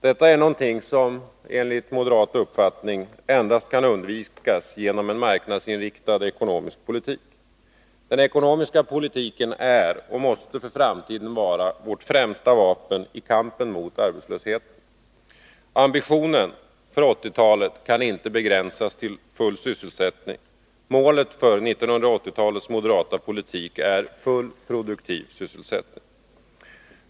Detta är någonting som enligt moderat uppfattning kan undvikas endast genom en marknadsinriktad ekonomisk politik. Den ekonomiska politiken är och måste för framtiden vara vårt främsta vapen i kampen mot arbetslösheten. Ambitionen för 1980-talet kan inte begränsas till full sysselsättning. Målet för 1980-talets moderata politik är full produktiv sysselsättning.